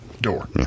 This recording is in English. door